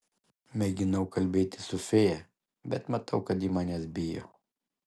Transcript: mėginau kalbėtis su fėja bet matau kad ji manęs bijo